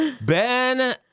Ben